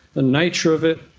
the nature of it,